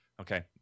Okay